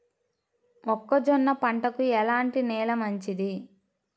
మొక్క జొన్న పంటకు ఎలాంటి నేల మంచిది?